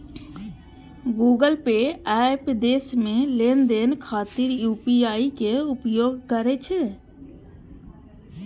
Google Pay app देश मे लेनदेन खातिर यू.पी.आई के उपयोग करै छै